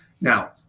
Now